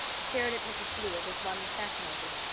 stared at mrs blewett as one fascinated.